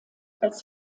als